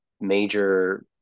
major